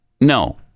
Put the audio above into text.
No